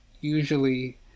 usually